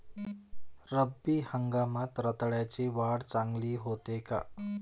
रब्बी हंगामात रताळ्याची वाढ चांगली होते का?